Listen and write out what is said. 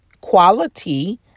quality